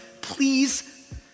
please